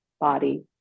body